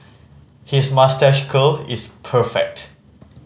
his moustache curl is perfect